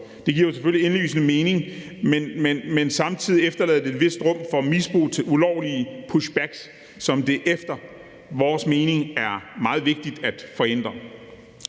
Det giver selvfølgelig indlysende mening, men samtidig efterlader det et vist rum for misbrug til ulovlige pushbacks, som det efter vores mening er meget vigtigt at forhindre.